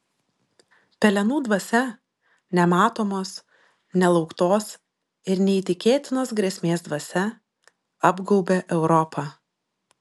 pelenų dvasia nematomos nelauktos ir neįtikėtinos grėsmės dvasia apgaubė europą